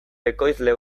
ekoizle